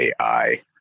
AI